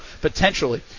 potentially